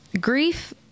Grief